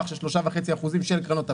של שלושה וחצי אחוזים של קרנות הפנסיה,